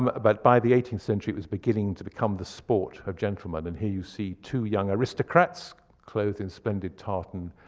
um but by the eighteenth century it was beginning to become the sport of gentlemen. and here you see two young aristocrats, clothed in splendid tartan,